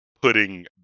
putting